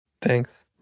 Thanks